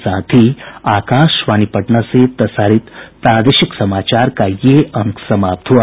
इसके साथ ही आकाशवाणी पटना से प्रसारित प्रादेशिक समाचार का ये अंक समाप्त हुआ